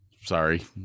Sorry